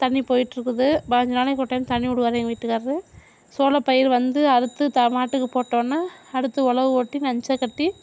தண்ணி போய்கிட்டுருக்குது பதினைஞ்சி நாளைக்கு ஒரு டைம் தண்ணி விடுவாரு எங்கள் வீட்டுக்காரர் சோளம் பயிர் வந்து அறுத்து தா மாட்டுக்கு போட்டோன்னால் அடுத்து உழவு ஓட்டி நஞ்சை கட்டி